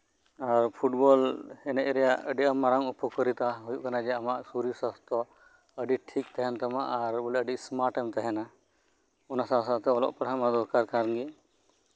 ᱟᱨ football ᱮᱱᱮᱡ ᱨᱮᱭᱟᱜ ᱟᱹᱰᱤ ᱢᱟᱨᱟᱝ ᱩᱯᱚᱠᱟᱨᱤᱛᱟ ᱦᱳᱭᱳᱜ ᱠᱟᱱᱟ ᱡᱮ ᱟᱢᱟᱜ ᱥᱚᱨᱚᱨ ᱥᱟᱥᱛᱷᱚ ᱟᱹᱰᱤ ᱴᱷᱤᱠ ᱛᱟᱦᱮᱱᱟ ᱛᱟᱦᱞᱮ ᱟᱹᱰᱤ ᱥᱢᱟᱨᱴ ᱮᱢ ᱛᱟᱦᱮᱱᱟ ᱚᱱᱟ ᱥᱟᱶ ᱥᱟᱶᱛᱮ ᱚᱞᱚᱜ ᱯᱟᱲᱦᱟᱜ ᱢᱟ ᱫᱚᱨᱠᱟᱨ ᱠᱟᱱ ᱜᱮ